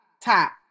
top